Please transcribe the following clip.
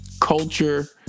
Culture